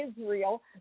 Israel